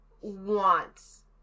wants